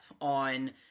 on